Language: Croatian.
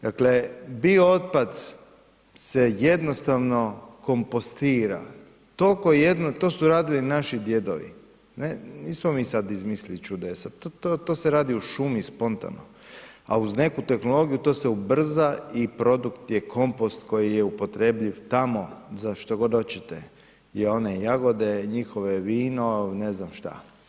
Dakle, biootpad se jednostavno kompostira, tolko jednostavno, to su radili naši djedovi, nismo mi sad izmislili čudesa, to se radi u šumi spontano, a uz neku tehnologiju to se ubrza i produkt je kompost koji je upotrebljiv tamo za što god hoćete i one jagode njihove, vino, ne znam šta.